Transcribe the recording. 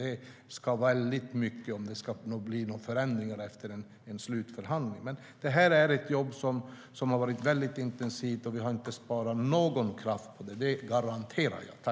Det ska väldigt mycket till om det ska bli några förändringar efter en slutförhandling. Detta är ett jobb som varit väldigt intensivt. Vi har inte sparat någon kraft på det. Det garanterar jag.